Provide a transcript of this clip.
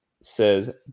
says